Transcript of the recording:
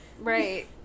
Right